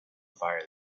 fire